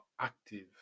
active